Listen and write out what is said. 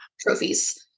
trophies